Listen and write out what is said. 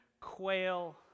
quail